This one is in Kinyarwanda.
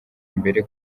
imbere